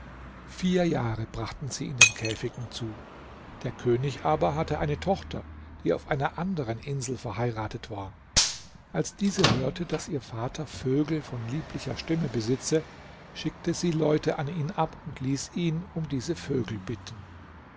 vier jahre brachten sie in den käfigen zu der könig aber hatte eine tochter die auf einer anderen insel verheiratet war als diese hörte daß ihr vater vögel von lieblicher stimme besitze schickte sie leute an ihn ab und ließ ihn um diese vögel bitten